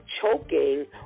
choking